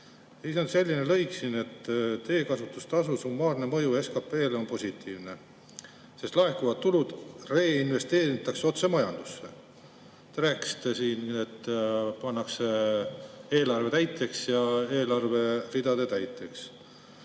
Siin on selline lõik, et teekasutustasu summaarne mõju SKP‑le on positiivne, sest laekuvad tulud reinvesteeritakse otse majandusse. Te rääkisite siin, et pannakse eelarve täiteks ja eelarveridade täiteks.